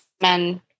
men